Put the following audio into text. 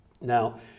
Now